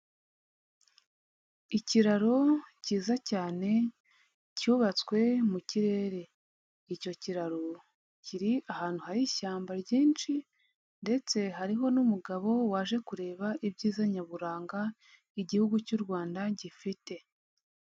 Ikiraro cyiza cyane cyubatswe mu kirere. Icyo kiraro kiri ahantu hari ishyamba ryinshi, ndetse hariho n'umugabo waje kureba ibyiza nyaburanga Igihugu cy'u Rwanda gifite.